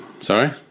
sorry